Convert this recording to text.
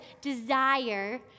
desire